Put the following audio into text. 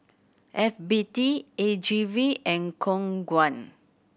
F B T A G V and Khong Guan